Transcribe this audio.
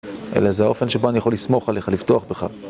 אלא זה האופן שבו אני יכול לסמוך עליך, לפתוח בך